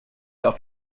auf